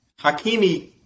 Hakimi